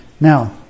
Now